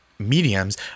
mediums